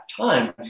time